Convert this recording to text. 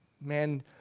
man